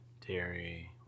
Terry